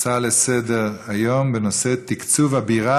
הצעות לסדר-היום בנושא: תקצוב מענק הבירה